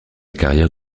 carrière